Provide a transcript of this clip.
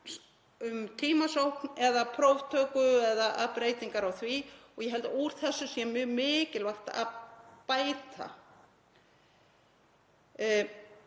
um tímasókn, próftöku eða breytingar á þeim og ég held að úr þessu sé mjög mikilvægt að bæta.